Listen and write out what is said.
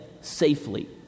safely